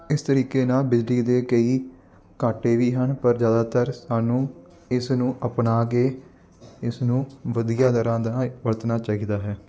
ਇਸ ਤਰੀਕੇ ਨਾਲ ਬਿਜਲੀ ਦੇ ਕਈ ਘਾਟੇ ਵੀ ਹਨ ਪਰ ਜ਼ਿਆਦਾਤਰ ਸਾਨੂੰ ਇਸ ਨੂੰ ਅਪਣਾ ਕੇ ਇਸ ਨੂੰ ਵਧੀਆ ਤਰ੍ਹਾਂ ਦਾ ਇੱਕ ਵਰਤਣਾ ਚਾਹੀਦਾ ਹੈ